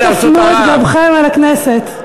אל תפנו את גבכם אל הכנסת.